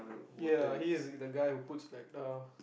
ya he is the guy who puts like uh